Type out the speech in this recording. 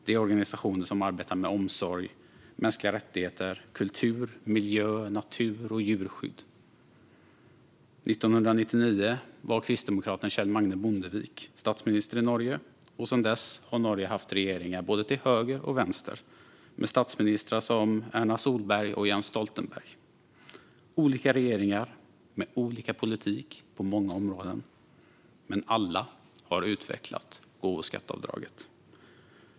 Det är organisationer som arbetar med omsorg, mänskliga rättigheter, kultur, miljö, natur och djurskydd. År 1999 var kristdemokraten Kjell Magne Bondevik statsminister i Norge, och sedan dess har Norge haft regeringar både till höger och till vänster, med statsministrar som Erna Solberg och Jens Stoltenberg. Det var olika regeringar, med olika politik på många områden, men alla har utvecklat gåvoskatteavdraget.